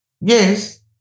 Yes